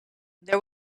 there